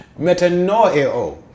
Metanoeo